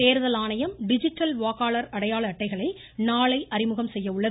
தேர்தல் ஆணையம் டிஜிட்டல் வாக்காளர் அடையாள அட்டைகளை நாளை அறிமுகம் செய்ய உள்ளது